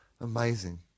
amazing